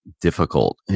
Difficult